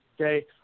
Okay